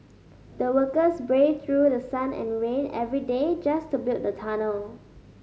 the workers braved through the sun and rain every day just to build the tunnel